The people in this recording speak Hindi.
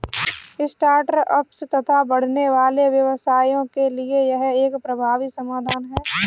स्टार्ट अप्स तथा बढ़ने वाले व्यवसायों के लिए यह एक प्रभावी समाधान है